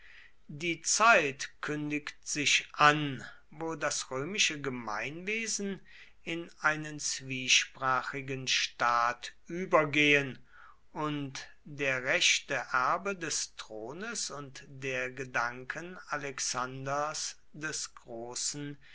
die zeit kündigt sich an wo das römische gemeinwesen in einen zwiesprachigen staat übergehen und der rechte erbe des thrones und der gedanken alexanders des großen